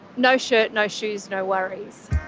no shirt, no shoes, no worries.